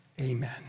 amen